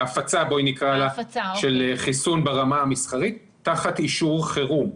בואי נקרא לזה הפצה של חיסון ברמה המסחרית תחת אישור חירום.